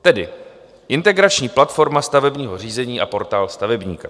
Tedy Integrační platforma stavebního řízení a Portál stavebníka.